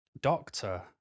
doctor